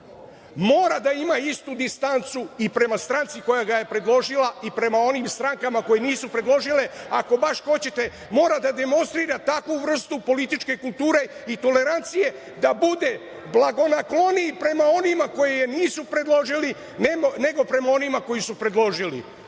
Mora da ima istu distancu i prema stranci koja ga je predložila i prema onim strankama koje nisu predložile. Ako baš hoćete, mora da demonstrira takvu vrstu političke kulture i tolerancije da bude blagonakloniji prema onima koji je nisu predložili nego prema onima koji su predložili.